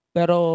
Pero